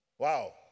Wow